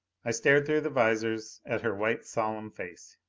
i stared through the visors at her white solemn face.